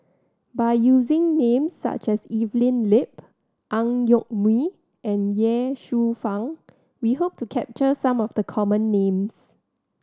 by using names such as Evelyn Lip Ang Yoke Mooi and Ye Shufang we hope to capture some of the common names